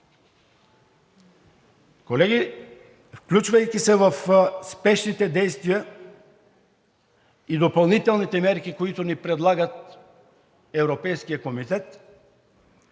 Колеги, включвайки се в спешните действия и допълнителните мерки, които ни предлага Европейският комитет,